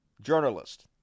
journalist